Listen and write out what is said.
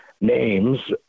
names